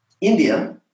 India